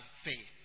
faith